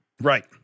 Right